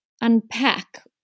unpack